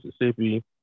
Mississippi